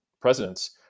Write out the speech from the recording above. presidents